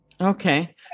Okay